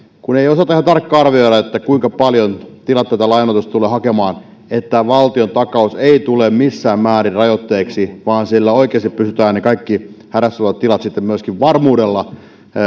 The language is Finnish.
kun ei osata ihan tarkkaan arvioida kuinka paljon tilat tätä lainoitusta tulevat hakemaan että valtiontakaus ei tule missään määrin rajoitteeksi vaan sillä oikeasti pystytään ne kaikki hädässä olevat tilat sitten myöskin varmuudella